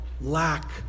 lack